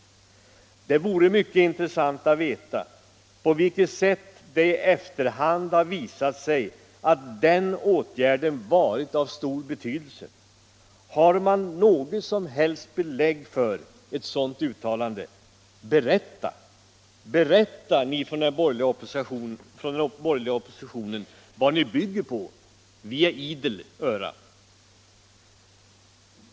Det vore mycket intressant att veta på vilket sätt det i efterhand har visat sig att den åtgärden varit av stör betydelse. Har man något som helst belägg för ett sådant uttalande? Berätta, ni från den borgerliga oppositionen, vad ni bygger på! Vi idel öra!